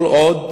כל עוד